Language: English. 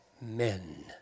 men